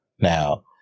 Now